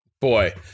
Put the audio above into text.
boy